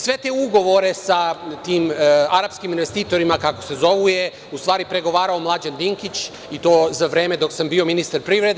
Sve te ugovore sa tim arapskim investitorima, kako se zovu, je u stvari pregovarao Mlađan Dinkić i to za vreme dok sam bio ministar privrede.